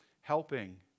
Helping